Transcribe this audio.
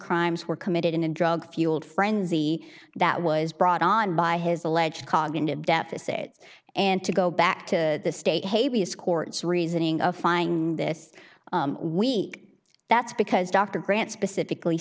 crimes were committed in a drug fueled frenzy that was brought on by his alleged cognitive deficits and to go back to the state as court's reasoning of finding this week that's because dr grant specifically